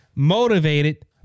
motivated